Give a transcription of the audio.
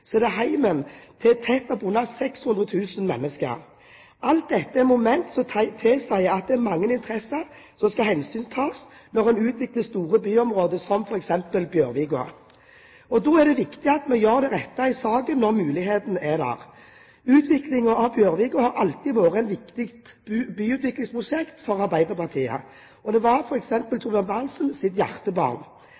er det hjemmet til tett oppunder 600 000 mennesker. Alt dette er momenter som tilsier at det er mange interesser som skal hensyntas når en utvikler store byområder, som for eksempel Bjørvika. Da er det viktig at vi gjør det rette i saken når muligheten er der. Utviklingen av Bjørvika har alltid vært et viktig byutviklingsprosjekt for Arbeiderpartiet – det var